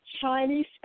Chinese